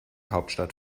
hauptstadt